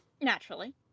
Naturally